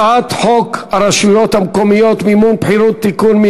הצעת חוק הרשויות המקומיות (מימון בחירות) (תיקון,